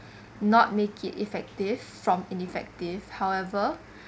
not make it effective from ineffective however